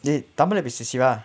dey tamil leh பேசு:pesu siva